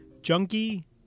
Junkie